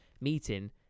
meeting